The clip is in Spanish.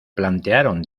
plantearon